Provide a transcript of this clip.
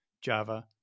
Java